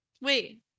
wait